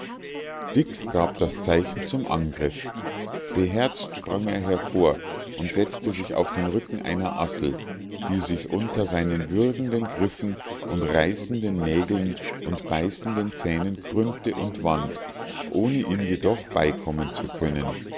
dick gab das zeichen zum angriff beherzt sprang er hervor und setzte auf den rücken einer assel die sich unter seinen würgenden griffen und reißenden nägeln und beißenden zähnen krümmte und wand ohne ihm jedoch beikommen zu können